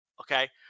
Okay